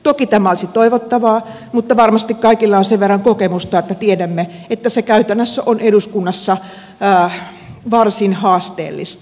toki tämä olisi toivottavaa mutta varmasti kaikilla on sen verran kokemusta että tiedämme että se käytännössä on eduskunnassa varsin haasteellista